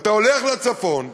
אתה הולך לצפון,